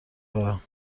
برم